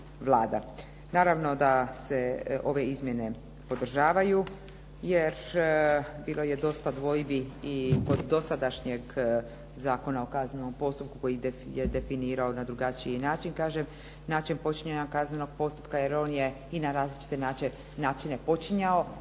Naravno da se ove izmjene podržavaju jer bilo je dosta dvojbi i kod dosadašnjem Zakona o kaznenom postupku koji je definirao na drugačiji način kažem način počinjenja kaznenog postupka jer on je i na različite načine počinjao